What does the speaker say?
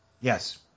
Yes